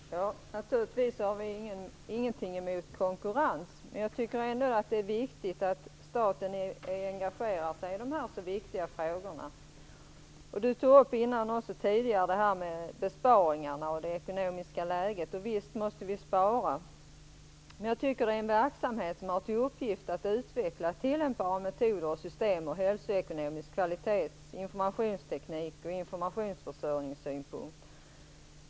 Herr talman! Naturligtvis har vi ingenting emot konkurrens, men jag tycker ändå att det är viktigt att staten engagerar sig i de här viktiga frågorna. Leif Carlson tog i sin förra replik upp det ekonomiska läget. Visst måste vi spara, men det här är en verksamhet som har till uppgift att utveckla tillämpbara metoder och system inom hälsoekonomi, kvalitetsutveckling, informationsteknik och informationsförsörjning.